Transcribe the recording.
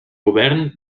govern